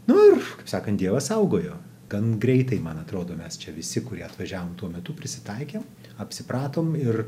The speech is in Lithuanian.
nu ir kaip sakant dievas saugojo gan greitai man atrodo mes čia visi kurie atvažiavom tuo metu prisitaikėm apsipratom ir